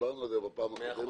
דיברנו על זה בישיבה הקודמת.